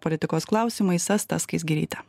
politikos klausimais asta skaisgiryte